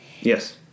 Yes